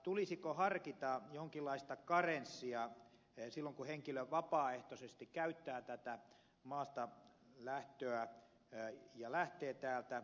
tulisiko harkita jonkinlaista karenssia silloin kun henkilö vapaaehtoisesti käyttää tätä maastalähtöä ja lähtee täältä